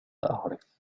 أعرف